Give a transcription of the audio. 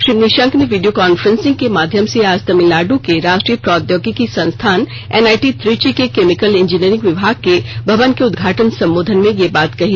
श्री निशंक ने video conferencing माध्याम से आज तमिलनाड के राष्ट्रीय प्रौद्योगिकी संस्थान एनआईटी त्रिची के केमिकल इंजीनियरिंग विभाग के भवन के उद्घाटन संबोधन में यह बात कही